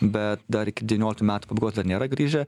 bet dar iki devynioliktų metų pabaigos dar nėra grįžę